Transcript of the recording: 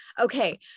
Okay